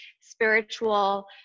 spiritual